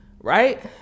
right